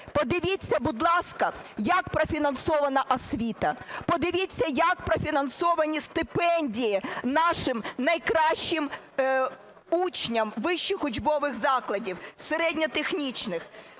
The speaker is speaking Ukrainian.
Подивіться, будь ласка, як профінансована освіта, подивіться, як профінансовані стипендії нашим найкращим учням вищих учбових закладів, середньотехнічних.